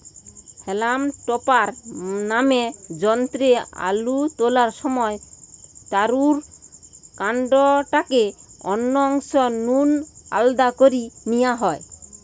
হেলাম topper নামের যন্ত্রে আলু তোলার সময় তারুর কান্ডটাকে অন্য অংশ নু আলদা করি নিয়া হয়